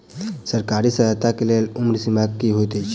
सरकारी सहायता केँ लेल उम्र सीमा की हएत छई?